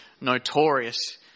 notorious